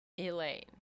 Elaine